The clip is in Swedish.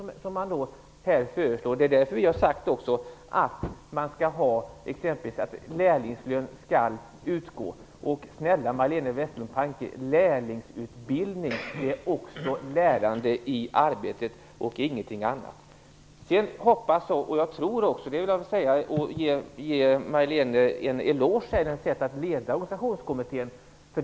Det är därför som vi har sagt att exempelvis lärlingslön skall utgå. Snälla Majléne Westerlund Panke: lärlingsutbildning är också lärande i arbetet och ingenting annat! Jag vill ge Majléne Westerlund Panke en eloge för hennes sätt att leda Organisationskommittén.